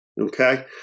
okay